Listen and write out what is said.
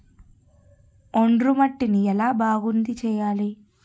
ఒండ్రు మట్టిని ఎలా బాగుంది చేయాలి?